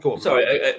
Sorry